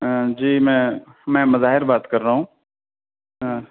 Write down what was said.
جی میں میں مظاہر بات کر رہا ہوں